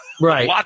Right